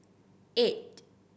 eight